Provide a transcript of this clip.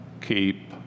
keep